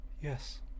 Yes